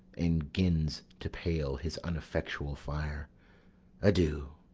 and gins to pale his uneffectual fire adieu,